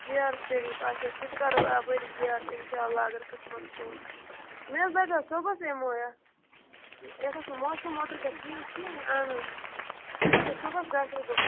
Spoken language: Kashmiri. زیارَت شریٖف اَچھا سُہ تہِ کَرو اَپٲری زیارَت اِنشاء اللہ اَگر قٕسمَتَس اوس مےٚ حظ دَپیو صُبحَس یِمو یا یَتھ اوس نہٕ موسَم اوترٕ پٮ۪ٹھ ٹھیٖک کِہیٖنۍ اَہَن حظ مےٚ حظ دَپے صُبحَس گژھَو بہٕ